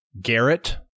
Garrett